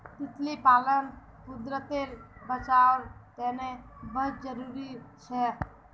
तितली पालन कुदरतेर बचाओर तने बहुत ज़रूरी छे